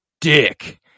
dick